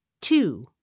two